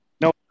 No